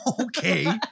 Okay